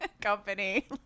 company